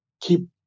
keep